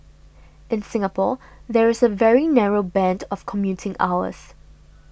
in Singapore there is a very narrow band of commuting hours